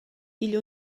igl